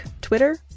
Twitter